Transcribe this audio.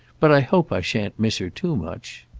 but i hope i shan't miss her too much.